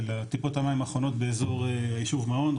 טיפות המים האחרונות באזור היישוב מעון,